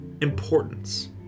importance